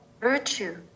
virtue